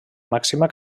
màxima